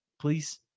please